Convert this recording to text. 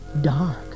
dark